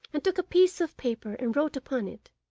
and took a piece of paper and wrote upon it